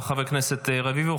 תודה, חבר הכנסת רביבו.